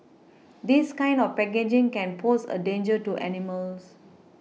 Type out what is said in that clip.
this kind of packaging can pose a danger to animals